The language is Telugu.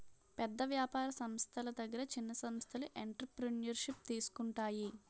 పెద్ద వ్యాపార సంస్థల దగ్గర చిన్న సంస్థలు ఎంటర్ప్రెన్యూర్షిప్ తీసుకుంటాయి